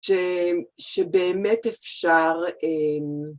‫ש.. שבאמת אפשר...